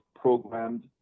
programmed